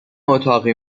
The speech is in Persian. اتاقی